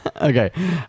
okay